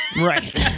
Right